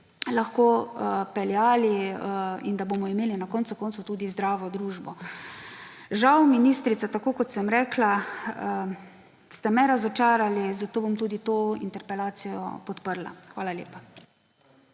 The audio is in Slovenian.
lahko peljali in da bomo imeli na koncu koncev tudi zdravo družbo. Žal, ministrica, tako, kot sem rekla, ste me razočarali, zato bom tudi to interpelacijo podprla. Hvala lepa.